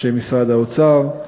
אנשי משרד האוצר,